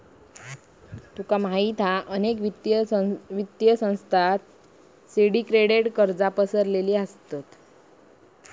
तुका माहित हा अनेक वित्तीय संस्थांत सिंडीकेटेड कर्जा पसरलेली असत